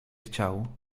chciał